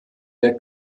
der